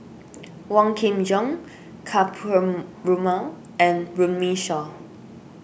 Wong Kin Jong Ka Perumal and Runme Shaw